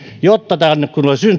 jotta kun tänne